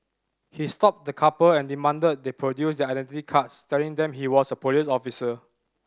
he stopped the couple and demanded they produce their identity cards telling them he was a police officer